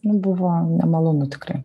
nu buvo nemalonu tikrai